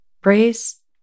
brace